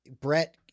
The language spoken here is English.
Brett